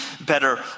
better